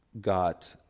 got